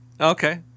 Okay